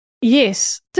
yes